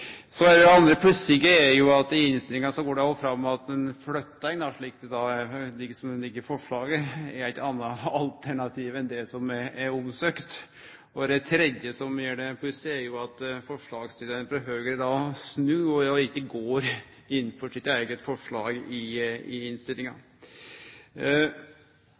Det andre som er pussig, er at det går fram av innstillinga at ei flytting, som det er forslag om, er eit anna alternativ enn det som det er søkt om. Og det tredje som gjer det pussig, er at forslagsstillarane frå Høgre snur og ikkje går inn for sitt eige forslag i innstillinga.